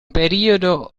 periodo